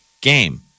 game